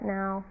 now